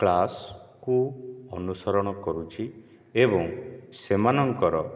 କ୍ଲାସ୍କୁ ଅନୁସରଣ କରୁଛି ଏବଂ ସେମାନଙ୍କର